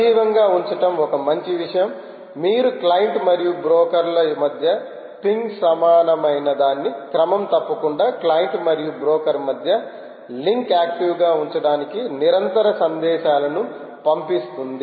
సజీవంగా ఉంచటం ఒక మంచి విషయం మీరు క్లయింట్ మరియు బ్రోకర్ల మధ్య పింగ్కు సమానమైనదాన్ని క్రమం తప్పకుండా క్లయింట్ మరియు బ్రోకర్ మధ్య లింక్ యాక్టివ్ గా ఉంచడానికి నిరంతరం సందేశాలను పంపిస్తుంది